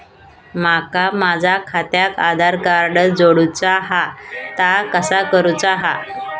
माका माझा खात्याक आधार कार्ड जोडूचा हा ता कसा करुचा हा?